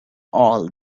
all